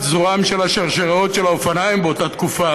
זרוען של השרשראות של האופניים באותה תקופה,